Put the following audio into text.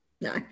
No